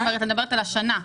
את מדברת על השנה.